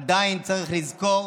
עדיין צריך לזכור